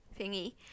thingy